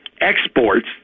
exports